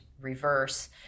reverse